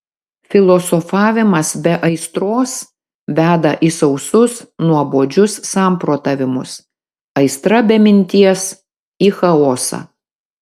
filosofavimas be aistros veda į sausus nuobodžius samprotavimus aistra be minties į chaosą